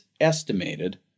estimated